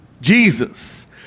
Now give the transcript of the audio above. Jesus